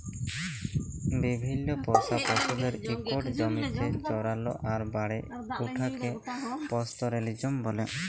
বিভিল্ল্য পোষা পশুদের ইকট জমিতে চরাল আর বাড়ে উঠাকে পাস্তরেলিজম ব্যলে